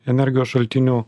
energijos šaltinių